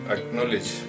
acknowledge